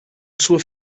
sua